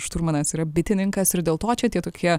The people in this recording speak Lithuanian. šturmanas yra bitininkas ir dėl to čia tie tokie